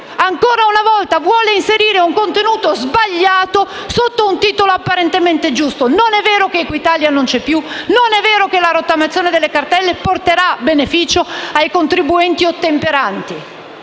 ancora una volta vuole inserire un contenuto sbagliato sotto un titolo apparentemente giusto. Non è vero che Equitalia non c'è più; non è vero che la rottamazione delle cartelle porterà benefici ai contribuenti ottemperanti.